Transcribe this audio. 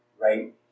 right